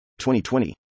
2020